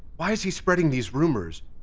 why is he spreading these rumors,